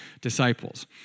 disciples